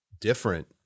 different